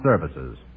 services